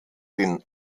den